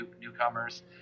newcomers